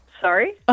Sorry